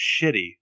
shitty